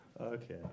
Okay